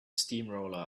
steamroller